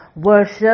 Worship